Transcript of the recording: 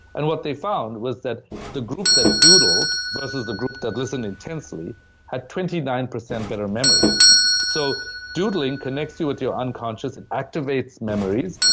and what they found was that the group that doodled versus the group that listened intensely had twenty nine percent better memory so doodling connects you with your unconscious. it activates memories,